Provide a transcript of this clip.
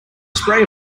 spray